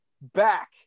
back